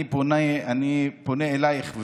אני פונה אלייך,